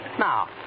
Now